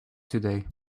today